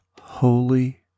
Holy